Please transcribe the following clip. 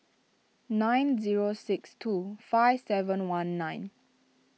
nine zero six two five seven one nine